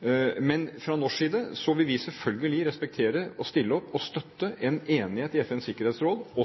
Men fra norsk side vil vi selvfølgelig respektere og stille opp og støtte en enighet i FNs sikkerhetsråd,